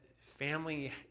family